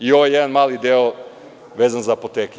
I ovaj jedan mali deo vezan za apoteke.